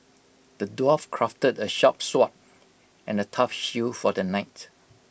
the dwarf crafted A sharp sword and A tough shield for the knight